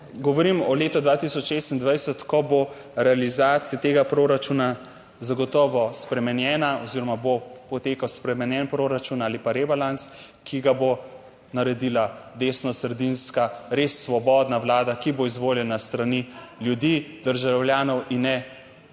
Govorim o letu 2026, ko bo realizacija tega proračuna zagotovo spremenjena oziroma bo potekal spremenjen proračun ali pa rebalans, ki ga bo naredila desnosredinska res svobodna Vlada, ki bo izvoljena s strani ljudi, državljanov in ne pravzaprav